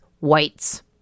whites